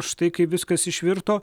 štai kaip viskas išvirto